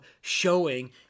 showing